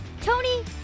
Tony